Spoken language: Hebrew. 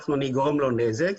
אנחנו נגרום לו נזק,